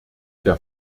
der